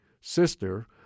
sister